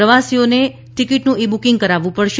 પ્રવાસીઓએ ટિકીટનું e booking કરાવવું પડશે